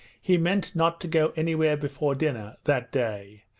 he meant not to go anywhere before dinner that day,